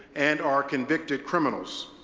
and are convicted criminals.